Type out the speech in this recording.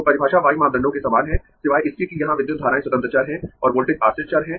तो परिभाषा y मापदंडों के समान है सिवाय इसके कि यहां विद्युत धाराएं स्वतंत्र चर हैं और वोल्टेज आश्रित चर हैं